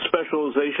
specialization